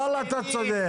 וואלה, אתה צודק.